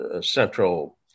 central